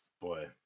Boy